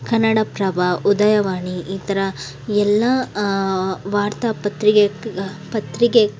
ಕನ್ನಡಪ್ರಭ ಉದಯವಾಣಿ ಈ ಥರ ಎಲ್ಲ ವಾರ್ತಾಪತ್ರಿಕೆ ಪತ್ರಿಕೆ